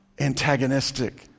antagonistic